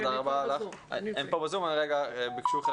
חבר